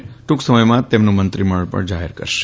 તેઓ ટૂંક સમયમાં તેમનું મંત્રીમંડળ જાહેર કરશે